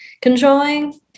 controlling